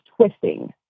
twisting